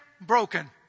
broken